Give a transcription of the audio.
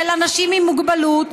של אנשים עם מוגבלות,